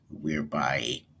whereby